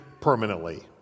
permanently